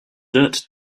dirt